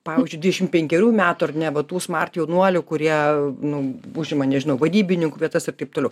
pavyzdžiui dvidešimt penkerių metų ar ne na tų smart jaunuolių kurie nu užima nežinau vadybininkų vietas ir taip toliau